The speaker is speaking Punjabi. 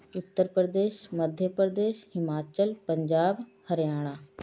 ਉੱਤਰ ਪ੍ਰਦੇਸ਼ ਮੱਧਯ ਪ੍ਰਦੇਸ਼ ਹਿਮਾਚਲ ਪੰਜਾਬ ਹਰਿਆਣਾ